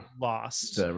lost